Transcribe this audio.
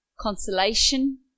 consolation